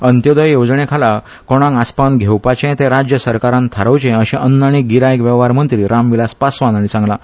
अंत्योदय येवजणेखाला कोणाक आसपावन घेवपाचे ते राज्य सरकारान थारावचें अशें अन्न आनी गीरायक वेवहार मंत्री राम विलास पासवान हांणी सांगलां